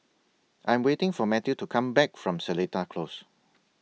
I Am waiting For Mathew to Come Back from Seletar Close